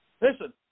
Listen